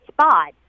spot